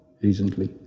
recently